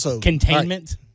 Containment